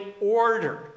order